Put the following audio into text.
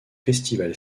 festival